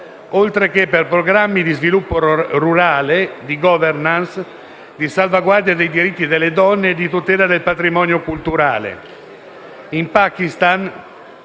oltre che per programmi di sviluppo rurale, di *governance*, di salvaguardia dei diritti delle donne e di tutela del patrimonio culturale.